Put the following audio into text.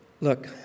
Look